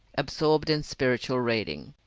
absorbed in spiritual reading.